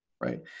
right